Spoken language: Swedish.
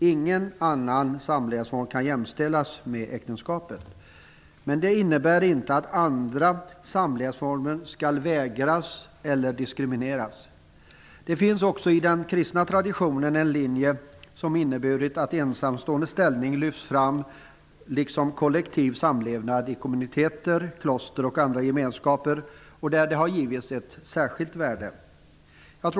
Ingen annan samlevnadsform kan jämställas med äktenskapet. Men det innebär inte att andra samlevnadsformer skall vägras eller diskrimineras. Det finns också i den kristna traditionen en linje, som har inneburit att ensamstående ställning har lyfts fram liksom kollektiv samlevnad i kommuniteter, kloster och andra gemenskaper och där givits ett särskilt värde.